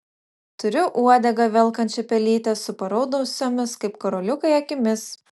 turiu uodegą velkančią pelytę su paraudusiomis kaip karoliukai akimis